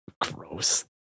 Gross